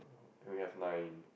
you have nine